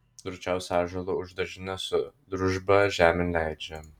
drūčiausią ąžuolą už daržinės su družba žemėn leidžia